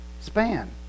span